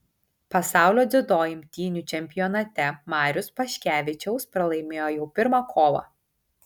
pasaulio dziudo imtynių čempionate marius paškevičiaus pralaimėjo jau pirmą kovą